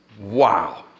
Wow